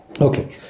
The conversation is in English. Okay